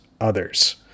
others